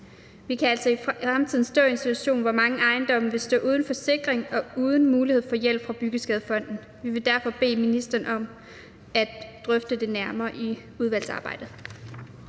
Vi kan altså i fremtiden stå i en situation, hvor mange ejendomme vil stå uden forsikring og uden mulighed for hjælp fra Byggeskadefonden. Vi vil derfor bede ministeren om at drøfte det nærmere i udvalgsarbejdet.